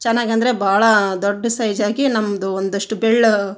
ಚೆನ್ನಾಗ್ ಅಂದರೆ ಭಾಳಾ ದೊಡ್ಡ ಸೈಜ್ ಆಗಿ ನಮ್ಮದು ಒಂದಷ್ಟು ಬೆರಳು